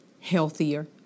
healthier